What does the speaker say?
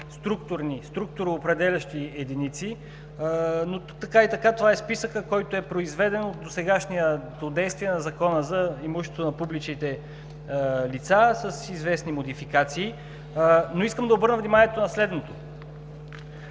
основни структуроопределящи единици, но така и така това е списъкът, който е произведен от досегашното действие на Закона за имуществото на публичните лица, с известни модификации. Но искам да обърна внимание на следното: